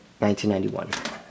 1991